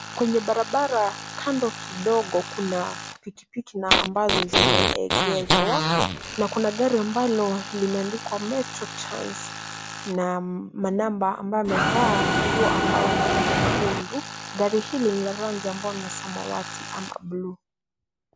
Kwenye barabara kando kidogo kuna pikipiki na ambazo zimeegezwa na kuna gari ambalo limeandikwa metro trans na manamba ambao amevaa nguo ambayo ni nyekundu. Gari hili ni la rangi ambayo ni samawati ama buluu.